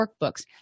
workbooks